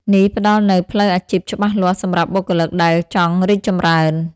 នេះផ្ដល់នូវផ្លូវអាជីពច្បាស់លាស់សម្រាប់បុគ្គលិកដែលចង់រីកចម្រើន។